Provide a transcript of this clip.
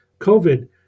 COVID